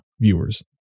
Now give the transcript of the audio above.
viewers